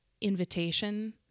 invitation